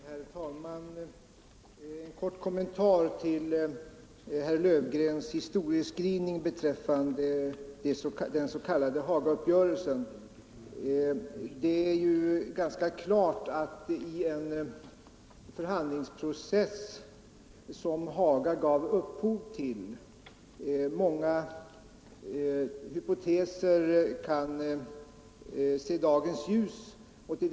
Herr talman! En kort kommentar till herr Löfgrens historieskrivning beträffande den s.k. Hagauppgörelsen. Det är ju ganska klart att i en förhandlingsprocess som den på Haga kan många hypotetiska förhandlingsresultat se dagens ljus.